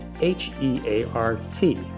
H-E-A-R-T